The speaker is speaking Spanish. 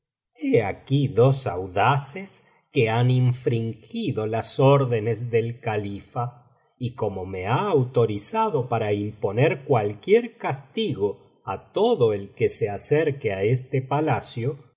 aquí dos audaces que han infringido las órdenes del califa y como me ha autorizado para imponer cualquier castigo á todo el que se acerque á este palacio